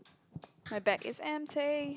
my bag is empty